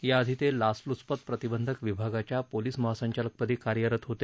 याआधी ते लाचलुचपत प्रतिबंधक विभागाच्या पोलीस महासंचालकपदी कार्यरत होते